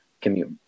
commute